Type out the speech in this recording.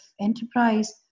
enterprise